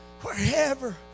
wherever